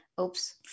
Oops